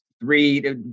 three